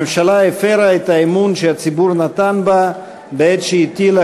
הממשלה הפרה את האמון שהציבור נתן בה בעת שהטילה